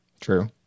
True